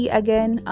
again